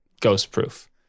ghost-proof